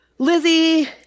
Lizzie